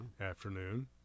afternoon